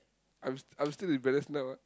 I'm I'm still embarrassed now ah